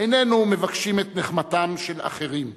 איננו מבקשים את נחמתם של אחרים,